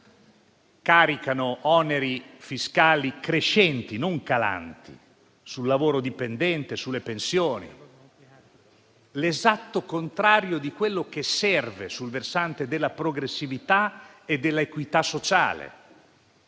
caricano oneri fiscali crescenti (non calanti) sul lavoro dipendente, sulle pensioni. È l'esatto contrario di quello che serve sul versante della progressività e dell'equità sociale.